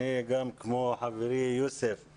כמו חברי יוסף אני